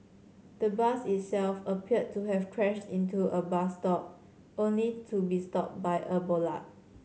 the bus itself appeared to have crashed into a bus stop only to be stopped by a bollard